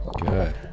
Good